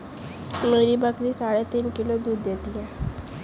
मेरी बकरी साढ़े तीन किलो दूध देती है